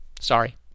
sorry